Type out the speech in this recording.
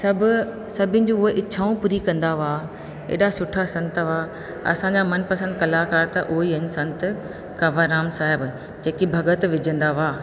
सभु सभिनि जी हूअ इच्छाऊं पूरी कंदा हुआ अहिड़ा सुठा संत हुआ असांजा मनपसंद कलाकारु त उहेई आहिनि संत कवंरराम साहिब जेके भगत विझंदा हुआ